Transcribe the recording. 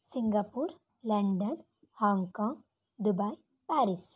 Singapore London Hong Kong Dubai Paris